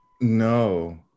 no